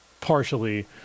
partially